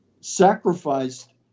sacrificed